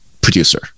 producer